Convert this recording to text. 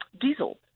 diesel